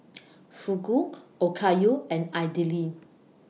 Fugu Okayu and Idili